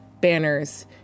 banners